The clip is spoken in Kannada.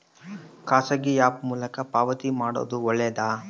ಖಾಸಗಿ ಆ್ಯಪ್ ಮೂಲಕ ಪಾವತಿ ಮಾಡೋದು ಒಳ್ಳೆದಾ?